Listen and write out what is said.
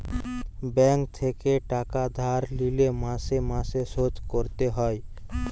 bank থেকে টাকা ধার লিলে মাসে মাসে শোধ করতে হয়